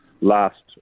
last